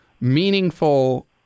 meaningful